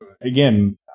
Again